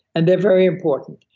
and they're very important,